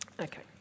okay